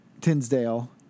Tinsdale